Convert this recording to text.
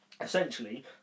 essentially